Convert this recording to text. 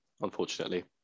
unfortunately